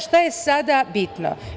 Šta je sada bitno?